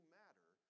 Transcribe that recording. matter